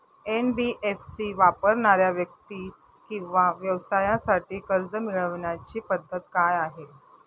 NBFC वापरणाऱ्या व्यक्ती किंवा व्यवसायांसाठी कर्ज मिळविण्याची पद्धत काय आहे?